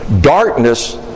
Darkness